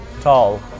tall